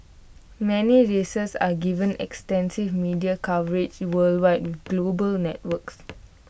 many races are given extensive media coverage worldwide with global networks